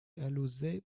alauzet